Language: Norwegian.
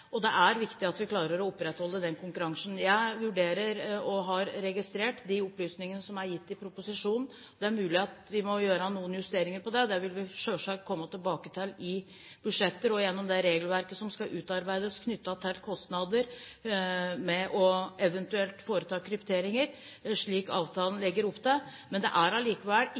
og det er viktig at vi klarer å opprettholde den konkurransen. Jeg vurderer, og har registrert, de opplysningene som er gitt i proposisjonen. Det er mulig at vi må gjøre noen justeringer, og det vil vi selvsagt komme tilbake til i budsjetter og gjennom det regelverket som skal utarbeides knyttet til kostnader ved eventuelt å foreta krypteringer, slik avtalen legger opp til. Men det er